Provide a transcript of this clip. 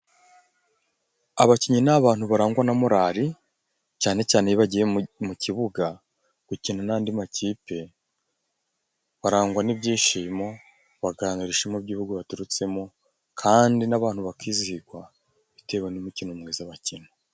Abakinnyi ni abantu barangwa na morali cyane cyane iyo bagiye mu kibuga gukina n'andi makipe barangwa n'ibyishimo baganira ishema ry'ibihugu baturutsemo kandi n'abantu bakizihigwa bitewe n'imikino mwiza bakina.